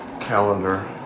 calendar